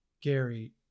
gary